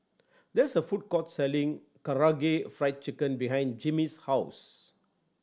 there is a food court selling Karaage Fried Chicken behind Jimmy's house